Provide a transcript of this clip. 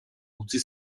utzi